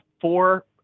four